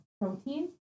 Protein